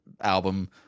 album